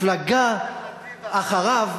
שהמפלגה אחריו,